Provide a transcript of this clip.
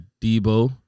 Debo